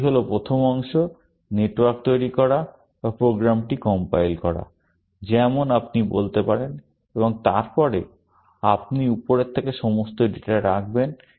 এটি হল প্রথম অংশ নেটওয়ার্ক তৈরি করা বা প্রোগ্রামটি কম্পাইল করা যেমন আপনি বলতে পারেন এবং তারপরে আপনি উপরের থেকে সমস্ত ডেটা রাখবেন